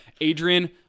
adrian